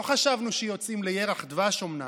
לא חשבנו שיוצאים לירח דבש, אומנם,